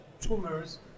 tumors